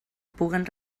puguen